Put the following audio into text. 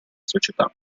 società